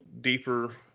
deeper